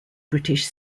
british